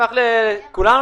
כולנו,